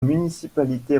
municipalité